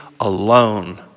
alone